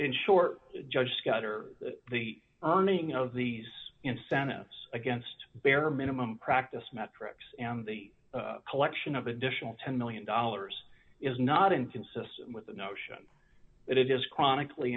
in short judge scott or the earning of these incentives against bare minimum practice metrics and the collection of additional ten million dollars is not inconsistent with the notion that it is chronically